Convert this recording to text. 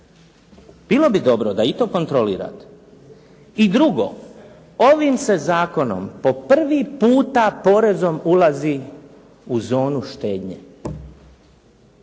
Bilo bi dobro da i to kontrolirate. I drugo ovim se Zakonom po prvi puta ulazi u zonu štednje.